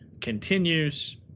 continues